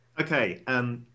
Okay